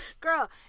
Girl